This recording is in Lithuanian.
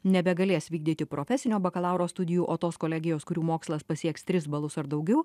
nebegalės vykdyti profesinio bakalauro studijų o tos kolegijos kurių mokslas pasieks tris balus ar daugiau